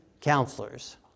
counselors